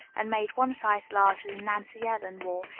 and made one size larger than nancy ellen wore,